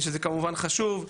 שזה כמובן חשוב.